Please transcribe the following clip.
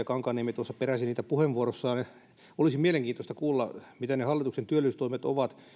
kankaanniemi tuossa penäsi niitä puheenvuorossaan olisi mielenkiintoista kuulla mitä ne hallituksen työllisyystoimet ovat